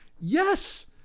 Yes